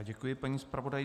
Děkuji paní zpravodajce.